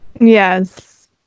Yes